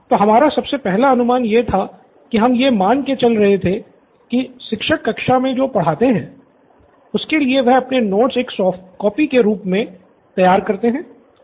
तो हमारा सबसे पहला अनुमान यह था की हम ये मान के चल रहे थे कि शिक्षक कक्षा में जो पढ़ाते हैं उसके लिए वह अपने नोट्स एक सॉफ्ट कॉपी के रूप मे तैयार करते हैं